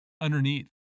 underneath